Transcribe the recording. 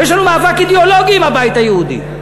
אבל יש לנו מאבק אידיאולוגי עם הבית היהודי.